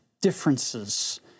differences